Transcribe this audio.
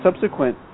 subsequent